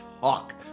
talk